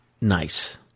nice